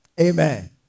Amen